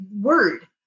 word